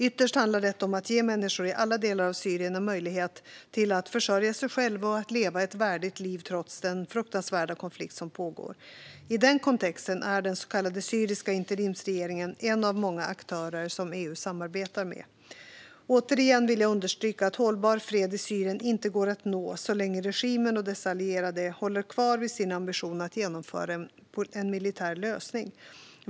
Ytterst handlar detta om att ge människor i alla delar av Syrien en möjlighet till att försörja sig själva och att leva ett värdigt liv trots den fruktansvärda konflikt som pågår. I den kontexten är den så kallade syriska interimsregeringen en av många aktörer som EU samarbetar med. Återigen vill jag understryka att hållbar fred i Syrien inte går att nå så länge regimen och dess allierade håller kvar vid sin ambition att genomföra en militär lösning.